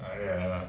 !aiya!